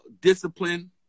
discipline